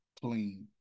clean